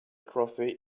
trophy